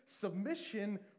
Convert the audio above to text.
submission